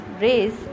raise